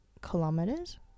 kilometers